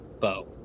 bow